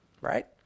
right